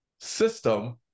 system